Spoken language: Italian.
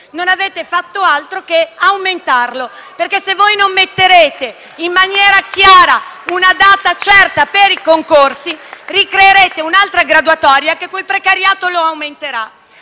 della senatrice Ronzulli).* Infatti, se voi non metterete in maniera chiara una data certa per i concorsi, ricreerete un'altra graduatoria che quel precariato lo aumenterà.